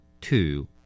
Two